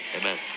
Amen